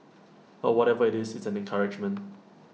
but whatever IT is it's an encouragement